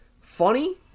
funny